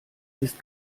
ist